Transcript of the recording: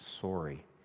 sorry